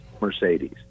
mercedes